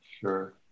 Sure